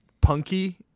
punky